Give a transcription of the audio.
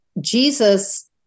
Jesus